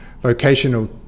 vocational